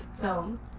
film